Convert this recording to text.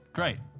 great